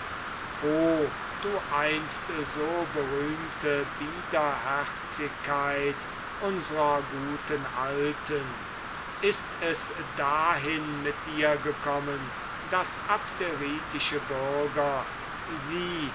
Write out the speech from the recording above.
o du einst so berühmte biederherzigkeit unsrer guten alten ist es dahin mit dir gekommen daß abderitische bürger sie